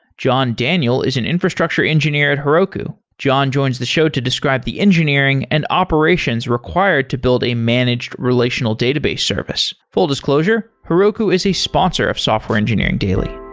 john daniel is an infrastructure engineer at heroku. john joins the show to describe the engineering and operations required to build a managed relational database service. full disclosure, heroku is a sponsor of software engineering daily